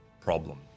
problem